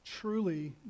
truly